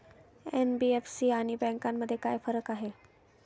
NBFC आणि बँकांमध्ये काय फरक आहे?